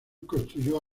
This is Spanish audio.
construyó